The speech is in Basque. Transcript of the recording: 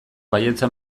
baietza